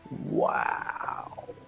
wow